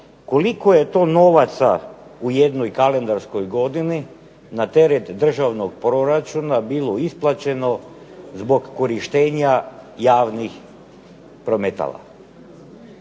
koliko je to novaca u jednoj kalendarskoj godini na teret državnog proračuna bilo isplaćeno zbog korištenja javnih prometala.